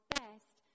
best